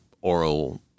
oral